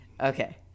okay